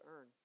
earn